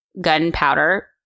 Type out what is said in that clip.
gunpowder